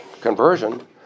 conversion